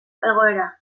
egoera